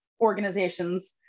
organizations